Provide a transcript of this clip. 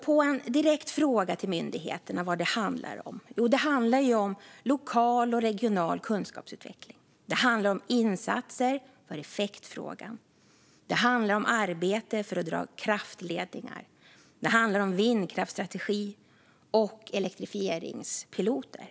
På en direkt fråga till myndigheterna om vad det handlar om får man veta att det handlar om lokal och regional kunskapsutveckling. Det handlar om insatser för effektfrågan. Det handlar om arbete för att dra kraftledningar. Det handlar om vindkraftsstrategi och elektrifieringspiloter.